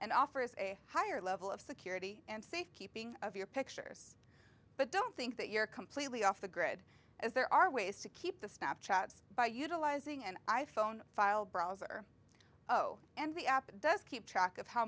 and offers a higher level of security and safe keeping of your pictures but don't think that you're completely off the grid as there are ways to keep the snap chats by utilizing and i phone file browser oh and the app does keep track of how